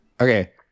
okay